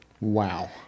Wow